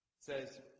says